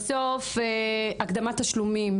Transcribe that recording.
הקדמת תשלומים